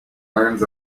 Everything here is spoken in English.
learns